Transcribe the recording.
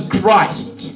Christ